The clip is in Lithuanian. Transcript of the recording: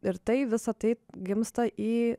ir tai visa tai gimsta į